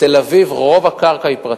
בתל-אביב רוב הקרקע היא פרטית,